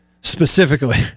Specifically